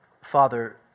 Father